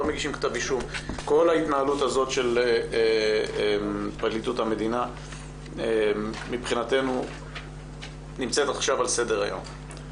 כל ההתנהלות הזאת של פרקליטות המדינה מבחינתנו נמצאת עכשיו על סדר-היום.